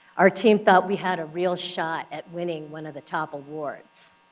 our team thought we had a real shot at winning one of the top awards.